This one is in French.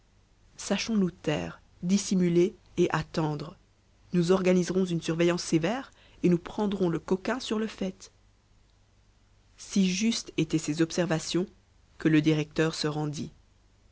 sachons nous taire dissimuler et attendre nous organiserons une surveillance sévère et nous prendrons le coquin sur le fait si justes étaient ces objections que le directeur se rendit